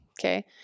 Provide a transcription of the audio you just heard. Okay